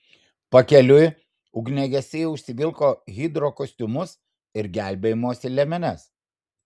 pakeliui ugniagesiai užsivilko hidrokostiumus ir gelbėjimosi liemenes